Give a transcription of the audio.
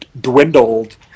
dwindled